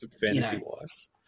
Fantasy-wise